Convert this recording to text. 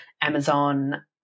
Amazon